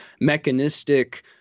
mechanistic